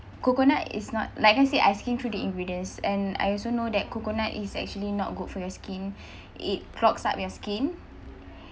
coconut is not like I said I skim through the ingredients and I also know that coconut is actually not good for your skin it clogs up your skin